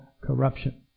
corruption